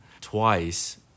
twice